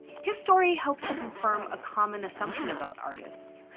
his story helps to confirm a common assumption about artists,